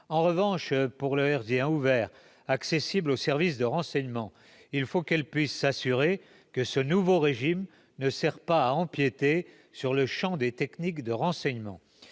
En revanche, pour le hertzien ouvert accessible aux services de renseignement, il faut qu'elle puisse s'assurer que ce nouveau régime ne sert pas à empiéter sur le champ des techniques de renseignement.